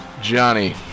Johnny